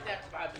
לפני ההצבעה,